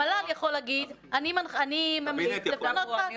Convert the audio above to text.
המל"ל יכול להגיד: אני ממליץ לפנות דחק.